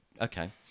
Okay